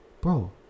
bro